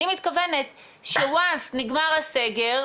אני מתכוונת שברגע שנגמר הסגר,